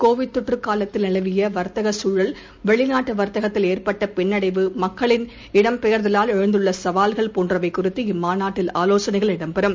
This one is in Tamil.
கோவிட் தொற்றுகாலத்தில் நிலவியவர்த்தகசூழல் வெளிநாட்டுவர்த்தகத்தில் ஏற்பட்டபின்னடைவு மக்களின் இடம் பெயர்தவால் எழுந்துள்ளசவால்கள் போன்றவைகுறித்து இம்மாநாட்டில் ஆலோசனைகள் இடம் பெறும்